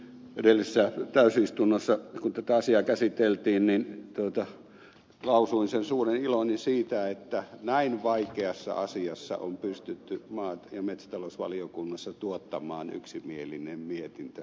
edellisessä täysistunnossa kun tätä asiaa käsiteltiin lausuin sen suuren iloni siitä että näin vaikeassa asiassa on pystytty maa ja metsätalousvaliokunnassa tuottamaan yksimielinen mietintö